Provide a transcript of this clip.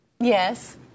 Yes